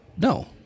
No